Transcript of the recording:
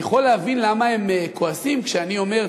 אני יכול להבין למה הם כועסים כשאני אומר: